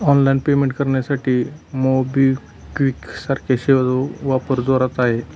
online payment करण्यासाठी MobiKwik सारख्या सेवांचा वापर जोरात आहे